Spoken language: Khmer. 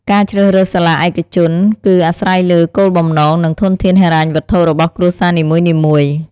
ការជ្រើសរើសសាលាឯកជនគឺអាស្រ័យលើ គោលបំណង និងធនធានហិរញ្ញវត្ថុ របស់គ្រួសារនីមួយៗ។